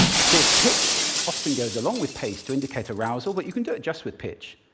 of course, pitch often goes along with pace to indicate arousal, but you can do it just with pitch.